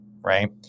right